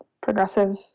progressive